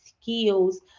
skills